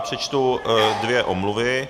Přečtu dvě omluvy.